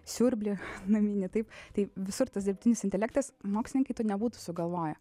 siurblį naminį taip tai visur tas dirbtinis intelektas mokslininkai to nebūtų sugalvoję